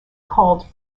called